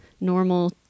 normal